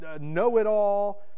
know-it-all